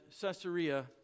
Caesarea